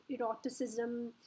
eroticism